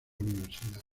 universidad